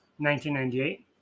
1998